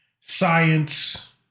science